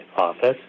office